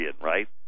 right